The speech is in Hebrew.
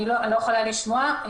אני לא יכולה לשמוע.